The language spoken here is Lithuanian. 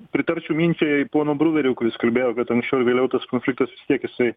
pritarčiau minčiai pono bruverio kuris kalbėjo kad anksčiau ar vėliau tas konfliktas vis tiek jisai